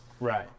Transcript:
Right